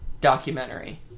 documentary